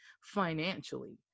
financially